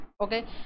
Okay